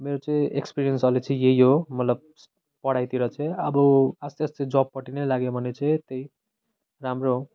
मेरो चाहिँ एक्सपिरिएन्स अहिले चाहिँ यही हो मतलब पढाइतिर चाहिँ अब आस्ते आस्ते जबपट्टि नै लाग्यो भने चाहिँ त्यही राम्रो हो